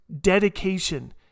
dedication